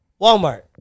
Walmart